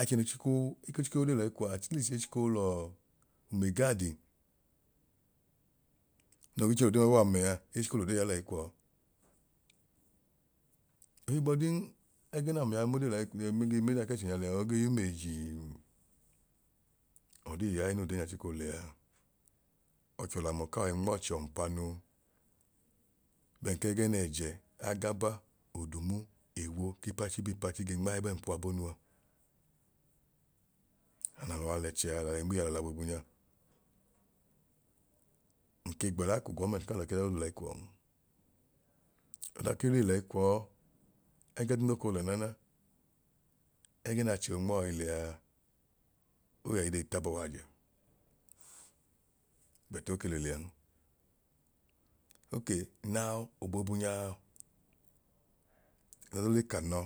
achẹ noo ke chikoo ekochiko y'odee lẹyi kwọa atleast eko chiko lọọ umaigaadi noo gee chẹ l'odee mbabọọa mẹaa echiko l'odee ya lẹyi kwọọ ohigbọdin ẹgẹẹ naamia ge m'odee lẹa yọi m'odee k'ẹchẹ nya lẹa n ogee yum eyijii mm ọdii yaẹ n'odee nya chiko lẹa ọchọlamu ka yọi nm'ochẹ ọmpanu bẹn kẹgẹ nẹ ẹjẹ, agaba, odumu ewo ki pachi biipachi gee nma ẹbẹ nkpuwa bonua anyaa analọ noo w'alẹchẹ a alọ inmiiyalọ lẹa boobu nya nke gbẹla ku gọmẹnti k'alọ ike yọdaduma lẹyi kwọọn. Ọdan ke y'odee lẹyi kwọọ ẹgẹduu no ko lẹ naana ẹgẹ nachẹ onmoa lẹa oyẹi de t'abọ w'ajẹ but oke le liyan. Okey now oboobu nyaa ọdaduu lek'anọ